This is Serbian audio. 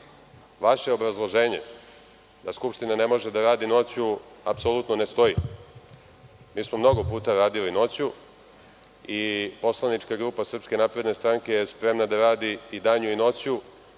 obrazloženje da Skupština ne može da radi noću apsolutno ne stoji. Mi smo mnogo puta radili noću i poslanička grupa SNS je spremna da radi i danju i noću